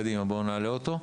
קדימה, בואו נעלה אותו.